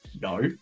no